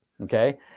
Okay